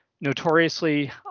notoriously